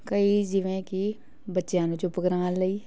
ਕਈ ਜਿਵੇਂ ਕਿ ਬੱਚਿਆਂ ਨੂੰ ਚੁੱਪ ਕਰਵਾਉਣ ਲਈ